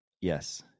yes